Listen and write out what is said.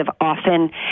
Often